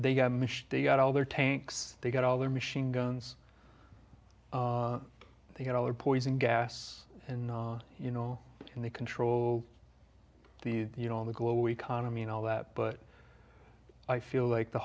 damaged they got all their tanks they got all their machine guns they had all their poison gas and you know and they control the you know the global economy and all that but i feel like the